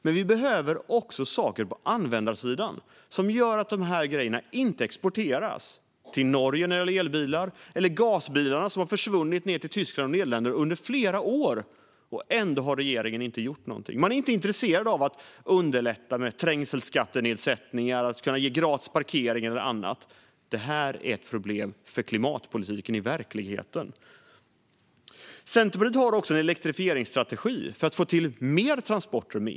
Men vi behöver också saker på användarsidan som gör att de här grejerna inte exporteras. När det gäller elbilar är det Norge. Gasbilarna har försvunnit ned till Tyskland och Nederländerna under flera år. Ändå har regeringen inte gjort någonting. Man är inte intresserad av att underlätta med trängselskattsnedsättningar, gratis parkering eller annat. Det här är ett problem för klimatpolitiken i verkligheten. Centerpartiet har också en elektrifieringsstrategi för att få till mer transporter med el.